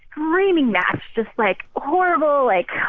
screaming match, just, like, horrible like.